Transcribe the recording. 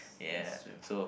yeah so